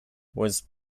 was